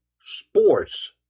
sports